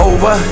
Over